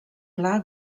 pla